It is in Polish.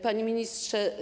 Panie Ministrze!